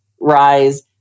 rise